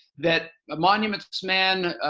that the monuments man,